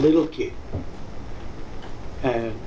little kid and